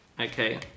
Okay